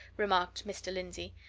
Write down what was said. remarked mr. lindsey.